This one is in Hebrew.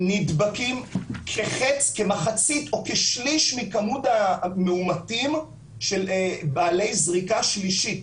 נדבקים כמחצית או כשליש הכמות המאומתים של בעלי זריקה שלישית,